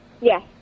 Yes